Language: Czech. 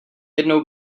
jednou